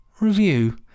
review